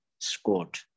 scored